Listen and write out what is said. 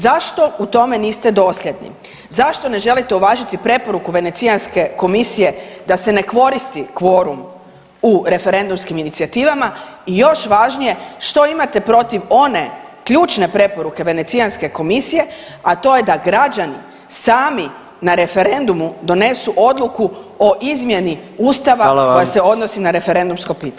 Zašto u tome niste dosljedni, zašto ne želite uvažiti preporuku Venecijanske komisije da se ne koristi kvorum u referendumskim inicijativama i još važnije što imate protiv one ključne preporuke Venecijanske komisije, a to je da građani sami na referendumu donesu odluku o izmjeni ustava koja se odnosi na referendumsko pitanje.